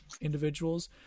individuals